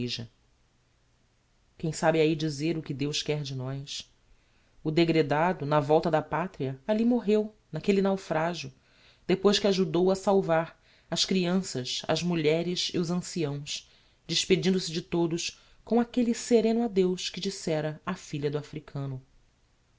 veja quem sabe ahi dizer o que deus quer de nós o degredado na volta da patria alli morreu n'aquelle naufragio depois que ajudou a salvar as crianças as mulheres e os anciãos despedindo-se de todos com aquelle sereno adeus que dissera á filha do africano